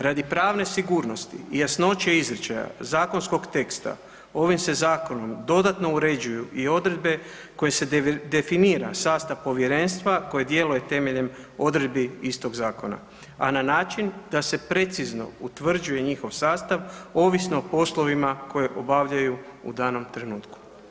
Radi pravne sigurnosti i jasnoće izričaja zakonskog teksta, ovim se zakonom dodatno uređuju i odredbe koje se definira sastav povjerenstva koje djeluje temeljem odredbi istog zakona a na način da se precizno utvrđuje njihov sastav ovisno o poslovima koje obavljaju u danom trenutku.